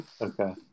Okay